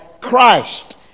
Christ